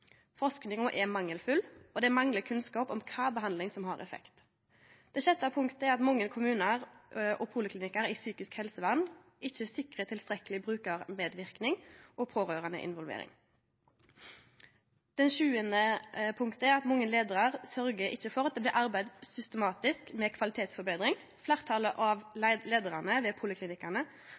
Forskinga er mangelfull, og det manglar kunnskap om kva behandling som har effekt. Det sjette punktet er at mange kommunar og poliklinikkar i psykisk helsevern ikkje sikrar tilstrekkeleg brukarmedverknad og pårørandeinvolvering. Det sjuande punktet er at mange leiarar ikkje sørgjer for at det blir arbeidd systematisk med kvalitetsforbetring. Fleirtalet av leiarane ved poliklinikkane